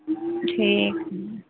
ठीक हइ